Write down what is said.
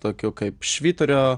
tokių kaip švyturio